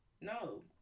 No